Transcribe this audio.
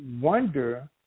wonder